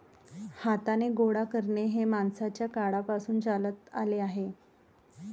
हाताने गोळा करणे हे माणसाच्या काळापासून चालत आले आहे